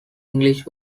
english